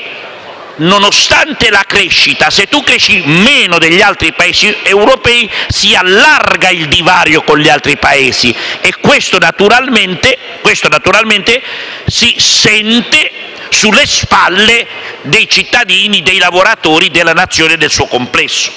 lordo della crescita, se un Paese cresce meno degli altri Paesi europei, si allarga il divario con gli altri Paesi e questo naturalmente si avverte sulle spalle dei cittadini, dei lavoratori e della Nazione nel suo complesso.